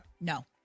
No